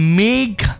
make